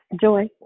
joy